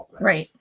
Right